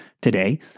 today